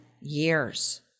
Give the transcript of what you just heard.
years